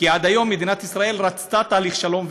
כי עד היום מדינת ישראל רצתה תהליך שלום,